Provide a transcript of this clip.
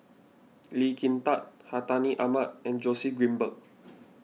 Lee Kin Tat Hartinah Ahmad and Joseph Grimberg